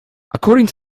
according